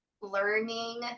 learning